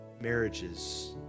marriages